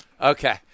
okay